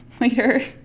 later